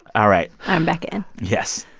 all right. i'm back in yes.